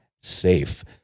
safe